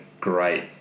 great